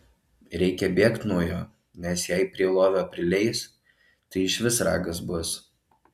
reikia bėgt nuo jo nes jei prie lovio prileis tai išvis ragas bus